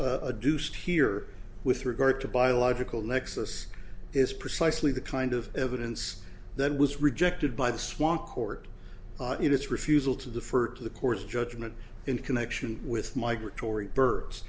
a deuced here with regard to biological nexus is precisely the kind of evidence that was rejected by the swancourt in its refusal to defer to the court's judgment in connection with migratory birds